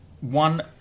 one